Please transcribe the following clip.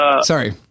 Sorry